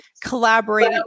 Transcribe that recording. collaborate